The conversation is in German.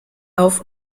auf